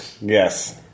Yes